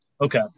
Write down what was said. Okay